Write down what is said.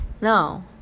no